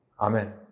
Amen